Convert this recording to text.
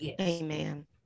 Amen